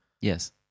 Yes